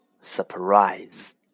surprise